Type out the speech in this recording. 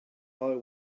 oil